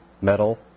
metal